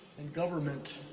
and government.